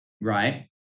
right